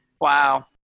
Wow